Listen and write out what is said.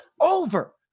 over